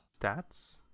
Stats